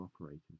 operating